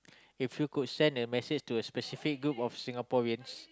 if you could send a message to a specific group of Singaporeans